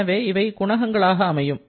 எனவே இவை குணகங்களாக அமையும்